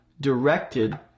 directed